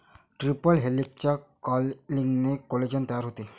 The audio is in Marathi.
ट्रिपल हेलिक्सच्या कॉइलिंगने कोलेजेन तयार होते